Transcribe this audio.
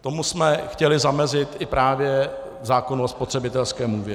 Tomu jsme chtěli zamezit i právě v zákonu o spotřebitelském úvěru.